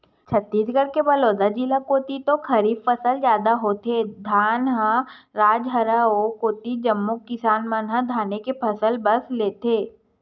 छत्तीसगढ़ के बलोद जिला कोती तो खरीफ फसल जादा होथे, धनहा राज हरय ओ कोती जम्मो किसान मन ह धाने के फसल बस लेथे